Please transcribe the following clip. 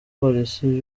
polisi